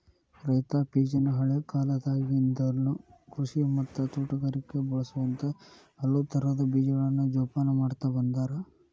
ರೈತಾಪಿಜನ ಹಳೇಕಾಲದಾಗಿಂದನು ಕೃಷಿ ಮತ್ತ ತೋಟಗಾರಿಕೆಗ ಬಳಸುವಂತ ಹಲವುತರದ ಬೇಜಗಳನ್ನ ಜೊಪಾನ ಮಾಡ್ತಾ ಬಂದಾರ